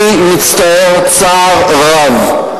אני מצטער צער רב,